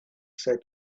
said